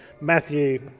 matthew